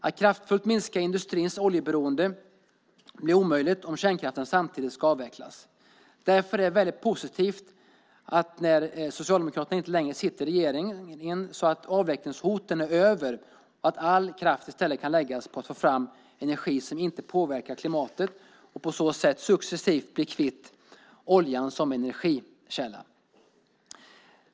Att kraftfullt minska industrins oljeberoende blir omöjligt om kärnkraften samtidigt ska avvecklas. Därför är det väldigt positivt att avvecklingshoten är över, när Socialdemokraterna inte längre sitter i regeringen. All kraft kan i stället läggas på att få fram energi som inte påverkar klimatet. På så sätt kan man successivt bli kvitt oljan som energikälla.